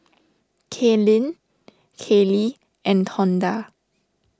Kaylene Kelly and Tonda